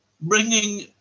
bringing